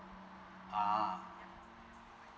ah